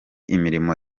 imirimo